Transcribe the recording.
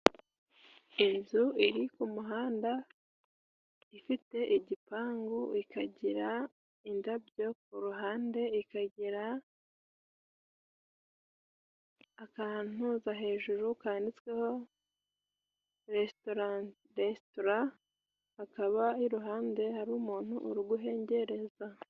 Inzu iri ku muhanda ifite igipangu, ikagira indabyo kuruhande, ikagera akantuza hejuru kanditsweho resitora resitora, hakaba iruhande hari umuntu uri guhengereza.